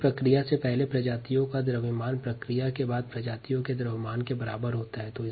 किसी प्रक्रिया से पहले जाति का द्रव्यमान प्रक्रिया के बाद जाति के द्रव्यमान के बराबर होता है